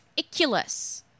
Iculus